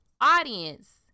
audience